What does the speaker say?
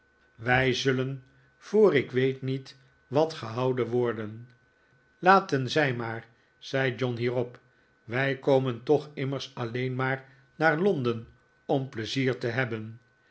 wij zullen voor ik weet niet wat gehouden worden laten zij maar zei john hierop wij komen toch immers alleen maar naar londen om pleizier te hebben